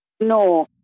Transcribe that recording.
No